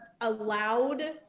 allowed